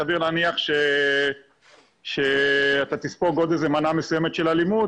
סביר להניח שאתה תספוג עוד מנה מסוימת של אלימות,